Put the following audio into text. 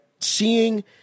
seeing